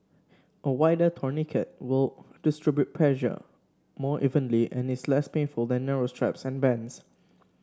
a wider tourniquet will distribute pressure more evenly and is less painful than narrow straps and bands